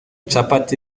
capati